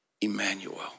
Emmanuel